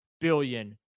billion